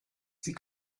sie